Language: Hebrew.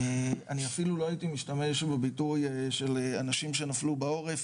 אני אפילו לא הייתי משתמש בביטוי של אנשים שנפלו בעורף